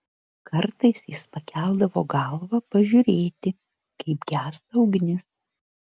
kartais jis pakeldavo galvą pažiūrėti kaip gęsta ugnis